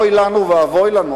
אוי ואבוי לנו,